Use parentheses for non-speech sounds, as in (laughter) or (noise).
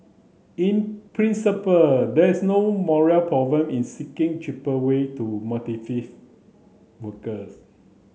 in principle there is no moral problem in seeking cheaper way to (unintelligible) workers